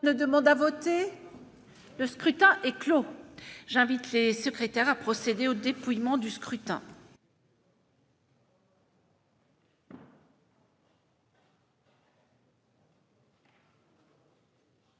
Le scrutin est clos. J'invite Mmes et MM. les secrétaires à procéder au dépouillement du scrutin.